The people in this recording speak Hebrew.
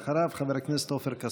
אחריו, חבר הכנסת עופר כסיף.